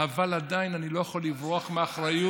אבל עדיין אני לא יכול לברוח מאחריות,